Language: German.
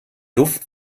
duft